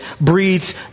breeds